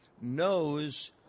knows